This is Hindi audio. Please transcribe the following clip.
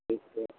ठीक है